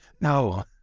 No